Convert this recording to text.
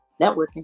networking